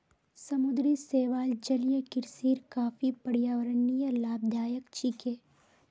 समुद्री शैवाल जलीय कृषिर काफी पर्यावरणीय लाभदायक छिके